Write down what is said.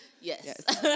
yes